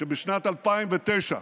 שבשנת 2009,